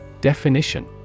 Definition